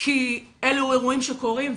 כי אלו אירועים שקורים,